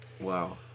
Wow